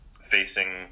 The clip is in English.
facing